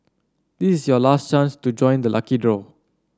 this is your last chance to join the lucky draw